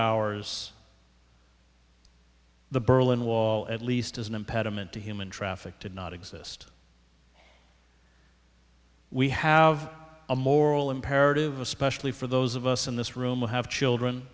hours the berlin wall at least as an impediment to human traffic did not exist we have a moral imperative especially for those of us in this room who have children